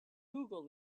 google